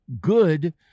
good